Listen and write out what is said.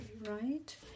right